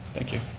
thank you.